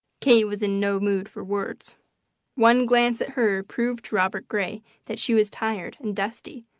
kate was in no mood for words one glance at her proved to robert gray that she was tired and dusty,